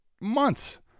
months